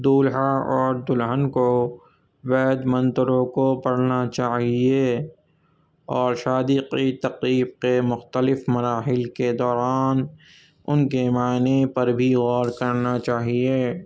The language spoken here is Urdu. دولہا اور دلہن کو وید منتروں کو پڑھنا چاہیے اور شادی قی تقریب کے مختلف مراحل کے دوران ان کے معانی پر بھی غور کرنا چاہیے